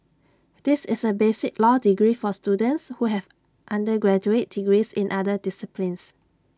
this is A basic law degree for students who have undergraduate degrees in other disciplines